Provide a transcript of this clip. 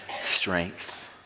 strength